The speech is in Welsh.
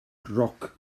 roc